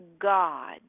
God